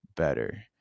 better